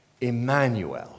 Emmanuel